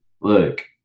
look